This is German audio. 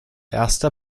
erster